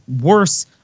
worse